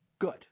Good